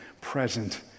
present